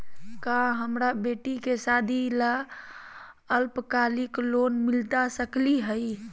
का हमरा बेटी के सादी ला अल्पकालिक लोन मिलता सकली हई?